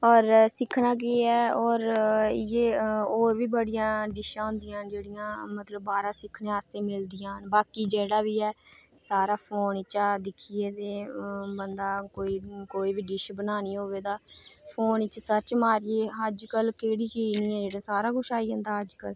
होर सिक्खना केह् ऐ और इ'यै होर बी बड़ियां डिशां होंदियां जेह्ड़ियां दोबारै सिक्खने आस्तै बाकी जेह्ड़ा ऐ सारा फोन चा सिक्खियै ते बंदा कोई बी डिश बनानी होऐ तां फोन च सर्च मारियै अज्ज क केह्ड़ी चीज ऐ जेह्ड़ी निं सारा कुछ आई जंदा अज्ज कल